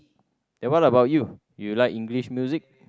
then what about you you like English music